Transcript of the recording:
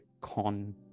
con